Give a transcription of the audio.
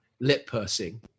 lip-pursing